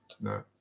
no